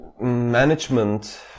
management